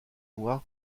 noire